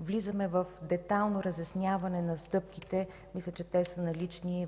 влизаме в детайлно разясняване на стъпките. Мисля че те са налични